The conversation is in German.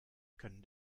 können